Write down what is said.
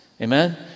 Amen